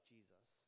Jesus